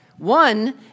One